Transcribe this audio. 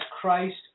Christ